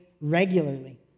regularly